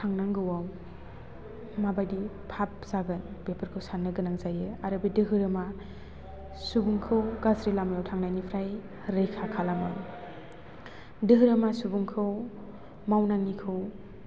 थांनांगौआव मा बायदि फाब जागोन बेफोरखौ सान्नो गोनां आरो बे धोरोमा सुबुंखौ गाज्रि लामायाव थांनायनिफ्राइ रैखा खालामो धोरोमा सुबुंखौ मावनाङिखौ